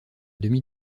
demi